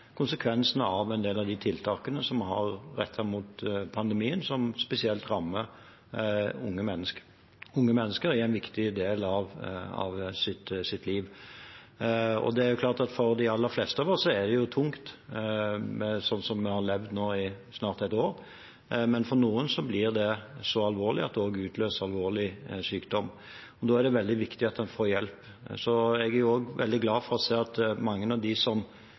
konsekvensene av en del av de tiltakene som har vært rettet mot pandemien som spesielt rammer unge mennesker i en viktig del av deres liv. For de aller fleste av oss er det tungt å leve slik vi har levd nå i snart et år, men for noen blir det så alvorlig at det utløser alvorlig sykdom. Da er det veldig viktig at en får hjelp. Jeg er også veldig glad for å se at mange av dem som